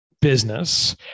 Business